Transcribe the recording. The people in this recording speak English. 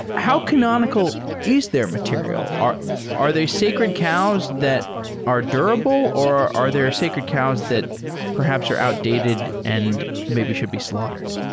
how canonical is their material? are are they sacred cows that are durable or are they sacred cows that perhaps are outdated and maybe should be slaughtered?